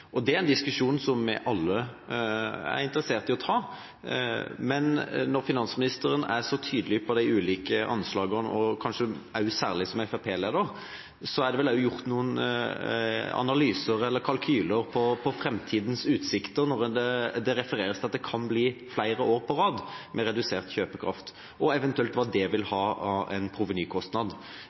Det er en diskusjon som vi alle er interessert i å ta. Men når finansministeren er så tydelig på de ulike anslagene og kanskje også særlig som fremskrittspartileder, er det vel også gjort noen analyser eller kalkyler på framtidas utsikter når det refereres til at det kan bli flere år på rad med redusert kjøpekraft, og eventuelt hva det vil ha av provenykostnad.